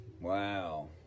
Wow